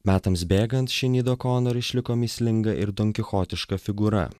metams bėgant šinid okonor išliko mįslinga ir donkichotiška figūra